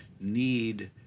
need